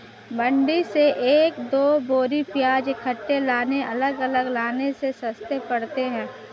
मंडी से एक दो बोरी प्याज इकट्ठे लाने अलग अलग लाने से सस्ते पड़ते हैं